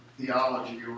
theology